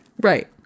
Right